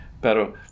pero